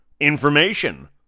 information